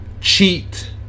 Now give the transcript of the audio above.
cheat